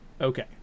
Okay